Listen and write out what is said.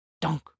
dunk